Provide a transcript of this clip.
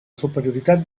superioritat